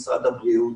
משרד הבריאות,